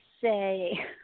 say